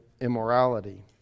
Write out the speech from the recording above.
immorality